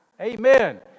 Amen